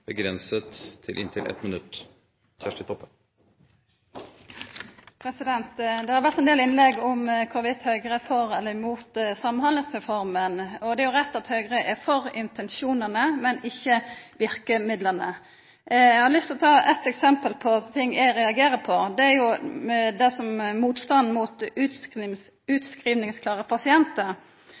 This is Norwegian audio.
til en kort merknad, begrenset til 1 minutt. Det har vore ein del innlegg om Høgre er for eller mot Samhandlingsreforma. Det er rett at Høgre er for intensjonane, men ikkje verkemidla. Eg har lyst til å ta eit eksempel på ting eg reagerer på. Det er motstanden i samband med utskrivingsklare pasientar, som